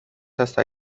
hasta